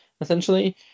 essentially